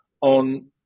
on